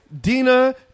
Dina